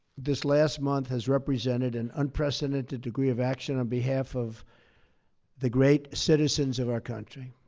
this last month has represented an unprecedented degree of action on behalf of the great citizens of our country.